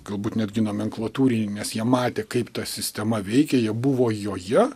galbūt netgi nomenklatūriniai nes jie matė kaip ta sistema veikia jie buvo joje